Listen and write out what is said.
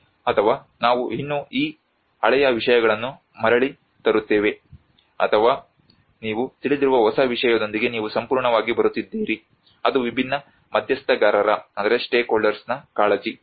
ಅಥವಾ ನಾವು ಇನ್ನೂ ಈ ಹಳೆಯ ವಿಷಯಗಳನ್ನು ಮರಳಿ ತರುತ್ತೇವೆ ಅಥವಾ ನೀವು ತಿಳಿದಿರುವ ಹೊಸ ವಿಷಯದೊಂದಿಗೆ ನೀವು ಸಂಪೂರ್ಣವಾಗಿ ಬರುತ್ತಿದ್ದೀರಿ ಅದು ವಿಭಿನ್ನ ಮಧ್ಯಸ್ಥಗಾರರ ಕಾಳಜಿ